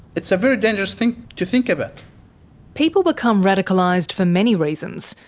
it's a very dangerous thing to think about. people become radicalised for many reasons,